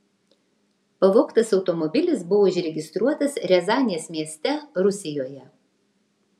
pavogtas automobilis buvo užregistruotas riazanės mieste rusijoje